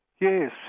Yes